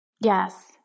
Yes